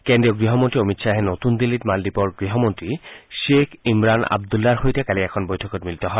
কেন্দ্ৰীয় গৃহমন্ত্ৰী অমিত খাহে নতুন দিল্লীত মালদ্বীপৰ গৃহমন্ত্ৰী শ্বেখ ইমৰান আব্দুল্লাৰ সৈতে কালি এখন বৈঠকত মিলিত হয়